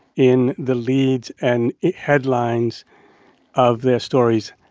in the leads and headlines of their stories,